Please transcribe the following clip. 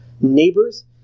neighbors